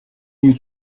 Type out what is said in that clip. you